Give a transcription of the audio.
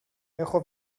έχω